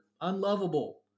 unlovable